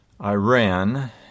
Iran